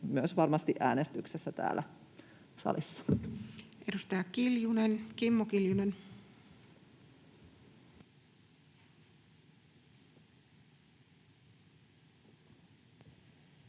saa varmasti myös äänestyksessä täällä salissa. Edustaja Kimmo Kiljunen.